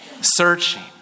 Searching